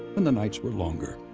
when the nights were longer.